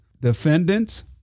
defendants